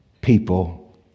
People